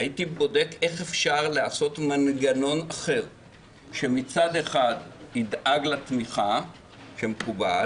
הייתי בודק איך אפשר לעשות מנגנון אחר שמצד אחד ידאג לתמיכה כמקובל,